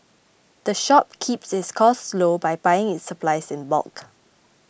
the shop keeps its costs low by buying its supplies in bulk